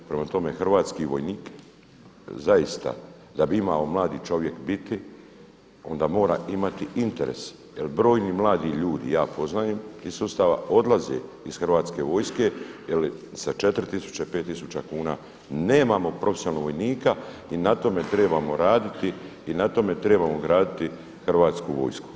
Prema tome hrvatski vojnik, zaista da bi imao mladi čovjek biti onda mora imati interes jer brojni mladi ljudi, ja poznajem, iz sustava, odlaze iz Hrvatske vojske jer sa 4 tisuće, 5 tisuća kuna nemamo profesionalnog vojnika i na tome trebamo raditi i na tome trebamo graditi Hrvatsku vojsku.